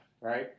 right